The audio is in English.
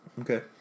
Okay